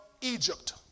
Egypt